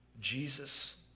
Jesus